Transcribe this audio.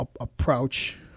approach